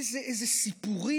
איזה סיפורים,